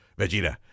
Vegeta